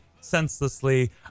senselessly